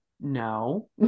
no